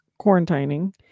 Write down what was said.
Quarantining